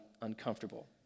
uncomfortable